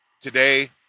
today